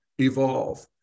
evolve